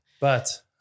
But-